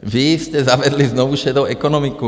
Vy jste zavedli znovu šedou ekonomiku.